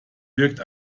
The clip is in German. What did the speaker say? wirkt